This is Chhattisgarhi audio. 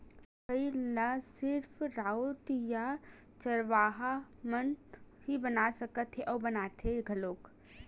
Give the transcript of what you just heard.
सोहई ल सिरिफ राउत या चरवाहा मन ही बना सकथे अउ बनाथे घलोक